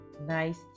nice